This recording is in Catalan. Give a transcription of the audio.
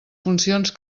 funcions